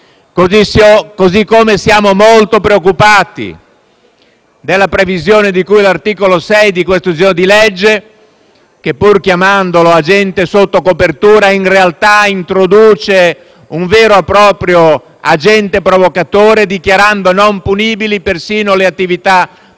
Così come siamo molto preoccupati per la previsione di cui all'articolo 6 di questo disegno di legge che, pur chiamandolo agente sotto copertura, in realtà introduce un vero e proprio agente provocatore, dichiarando non punibili persino le attività prodromiche